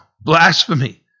blasphemy